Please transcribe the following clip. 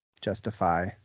justify